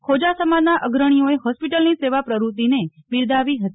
ખોજા સમાજના અગર્ણીઓએ હોસ્પિટલની સેવા પ્રવૃતિને બિરદાવી હતી